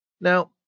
Now